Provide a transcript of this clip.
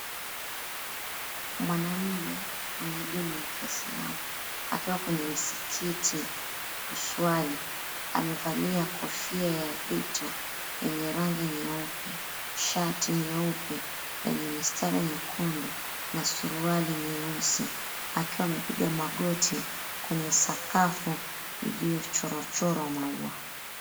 Mwanaume mwenye dini ya Kiisilamu, akiwa kwenye msikiti kuswali, amevalia kofia ya vito yenye rangi nyeupe, shati nyeupe yenye mistari nyekundu na suruali nyeusi, akiwa amepiga magoti kwenye sakafu iliyochorwachorwa maua.